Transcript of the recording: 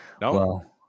No